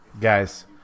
guys